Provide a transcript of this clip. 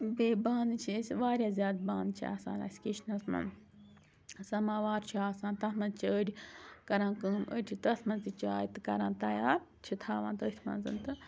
بیٚیہِ بانہٕ چھِ أسۍ واریاہ زیادٕ بانہٕ چھِ آسان اَسہِ کِچنَس مَنٛز سَماوار چھُ آسان تَتھ مَنٛز چھِ أڑۍ کَران کٲم أڑۍ چھِ تَتھ مَنٛز تہِ چاے تہٕ کَران تیار چھِ تھاوان تٔتھۍ مَنٛز تہٕ